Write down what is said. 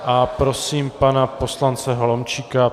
A prosím pana poslance Holomčíka.